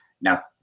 Now